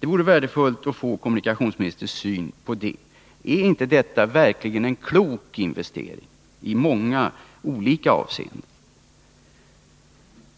Det vore värdefullt att få veta kommunikationsministerns syn på detta. Vore inte detta en klok investering i många olika avseenden?